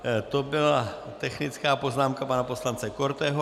To byla technická poznámka pana poslance Korteho.